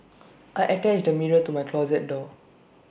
I attached A mirror to my closet door